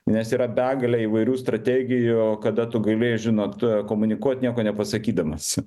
nes yra begalė įvairių strategijų kada tu gali žinot komunikuot nieko nepasakydamas